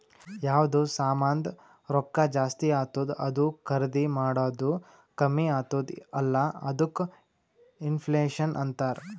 ಯಾವ್ದು ಸಾಮಾಂದ್ ರೊಕ್ಕಾ ಜಾಸ್ತಿ ಆತ್ತುದ್ ಅದೂ ಖರ್ದಿ ಮಾಡದ್ದು ಕಮ್ಮಿ ಆತ್ತುದ್ ಅಲ್ಲಾ ಅದ್ದುಕ ಇನ್ಫ್ಲೇಷನ್ ಅಂತಾರ್